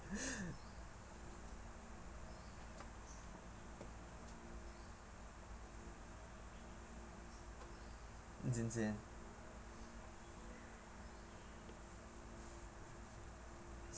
it's insane